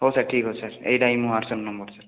ହଉ ସାର୍ ଠିକ୍ ଅଛି ସାର୍ ଏଇଟା ହିଁ ମୋ ହ୍ଵାଟସ୍ଅପ୍ ନମ୍ବର୍ ସାର୍